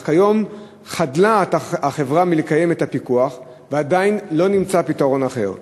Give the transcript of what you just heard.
אך כיום חדלה החברה מלקיים את הפיקוח ועדיין לא נמצא פתרון אחר,